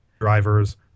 drivers